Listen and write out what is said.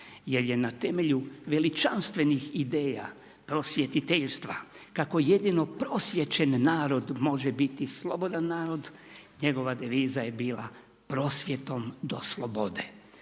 jer je na temelju veličanstvenih ideja, prosvjetiteljstva, kako jedino prosječen narod može biti slobodan narod, njegova deviza je bila prosvjetom do slobode,